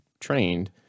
trained